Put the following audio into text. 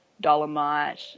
dolomite